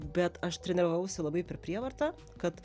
bet aš treniravausi labai per prievartą kad